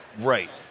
Right